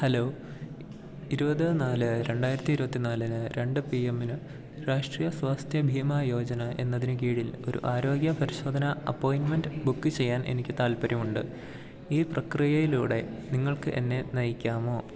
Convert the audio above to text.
hello ഇരുപത്തിനാല് രണ്ടായിരത്തി ഇരുപത്തിനാലിന് രണ്ട് പി എമ്മിന് രാഷ്ട്രീയ സ്വാസ്ഥ്യ ബീമാ യോജന എന്നതിനുകീഴിൽ ഒരു ആരോഗ്യ പരിശോധന അപ്പോയിന്റ്മെൻ്റ് ബുക്ക് ചെയ്യാൻ എനിക്കു താൽപ്പര്യമുണ്ട് ഈ പ്രക്രിയയിലൂടെ നിങ്ങൾക്ക് എന്നെ നയിക്കാമോ